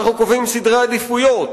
אנחנו קובעים סדרי עדיפויות,